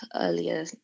earlier